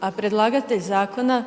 a predlagatelj zakona